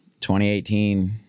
2018